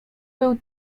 był